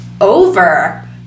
over